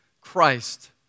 Christ